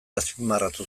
azpimarratu